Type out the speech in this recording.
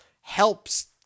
helps